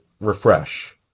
refresh